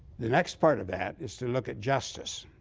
the next part of that is to look at justice.